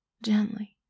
Gently